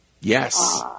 Yes